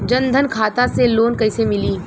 जन धन खाता से लोन कैसे मिली?